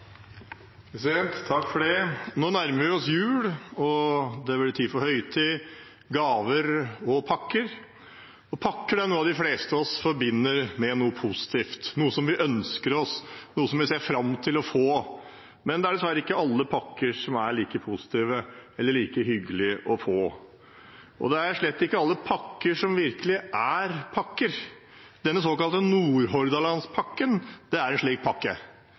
Nå nærmer vi oss jul, og det blir tid for høytid, gaver og pakker. Pakker er noe de fleste av oss forbinder med noe positivt, noe vi ønsker oss, noe vi ser fram til å få. Men det er dessverre ikke alle pakker som er like positive eller like hyggelige å få, og det er slett ikke alle pakker som virkelig er pakker. Denne såkalte Nordhordlandspakken er en slik pakke. Det er en slik pakke